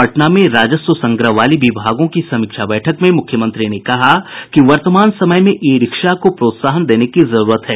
पटना में राजस्व संग्रह वाली विभागों की समीक्षा बैठक में मुख्यमंत्री ने कहा कि वर्तमान समय में ई रिक्शा को प्रोत्साहन देने की जरूरत है